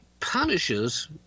punishes